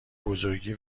بزرگی